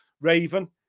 Raven